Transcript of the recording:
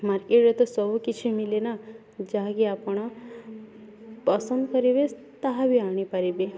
ମାର୍କେଟ୍ରେ ତ ସବୁକିଛି ମିଲେନା ଯାହାକି ଆପଣ ପସନ୍ଦ କରିବେ ତାହା ବି ଆଣିପାରିବେ